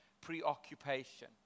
preoccupation